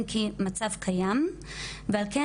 אם כי מצב קיים ועל כן,